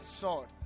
sword